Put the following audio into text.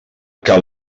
que